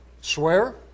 swear